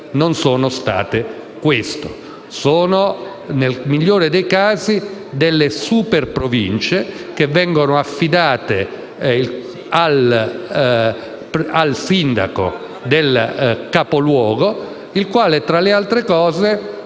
di tutto ciò! Sono, nel migliore dei casi, delle super Province che vengono affidate al sindaco del capoluogo, il quale, tra l'altro,